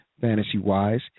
fantasy-wise